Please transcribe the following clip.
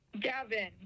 Gavin